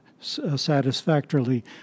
satisfactorily